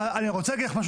אני רוצה להגיד לך משהו,